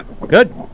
Good